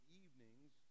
evenings